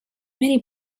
many